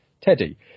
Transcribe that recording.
Teddy